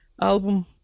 album